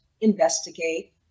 investigate